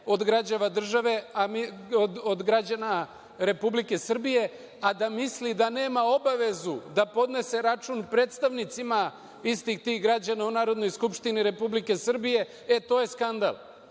od građana Republike Srbije, a da misli da nema obavezu da podnese račun predstavnicima istih tih građana u Narodnoj skupštini Republike Srbije, e to je skandal.